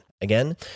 Again